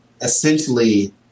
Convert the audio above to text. essentially